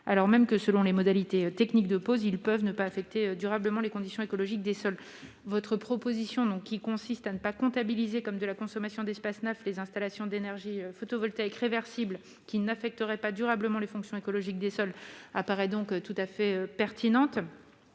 alors même que, selon les modalités techniques de pose, ils peuvent ne pas dégrader durablement les conditions écologiques des sols. Les amendements, qui visent à ne pas comptabiliser comme de la consommation d'espaces naturels les installations photovoltaïques réversibles qui n'affecteraient pas durablement les fonctions écologiques du sol, apparaissent donc tout à fait pertinents.